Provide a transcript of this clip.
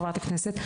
חברת הכנסת,